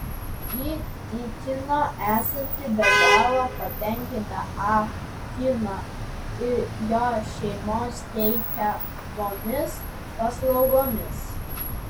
ji tikino esanti be galo patenkinta ah kino ir jo šeimos teikiamomis paslaugomis